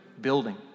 building